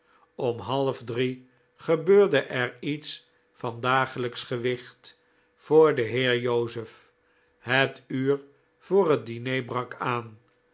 om half drie gebeurde er iets van dagelijksch gewicht voor den heer joseph het uur voor het diner brak aan